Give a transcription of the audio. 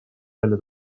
välja